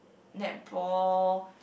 netball